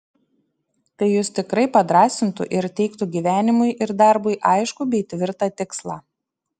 tai jus tikrai padrąsintų ir teiktų gyvenimui ir darbui aiškų bei tvirtą tikslą